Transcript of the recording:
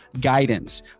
guidance